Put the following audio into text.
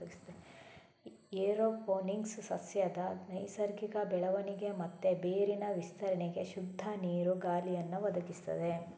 aeroponics ಸಸ್ಯದ ನೈಸರ್ಗಿಕ ಬೆಳವಣಿಗೆ ಮತ್ತೆ ಬೇರಿನ ವಿಸ್ತರಣೆಗೆ ಶುದ್ಧ ನೀರು, ಗಾಳಿಯನ್ನ ಒದಗಿಸ್ತದೆ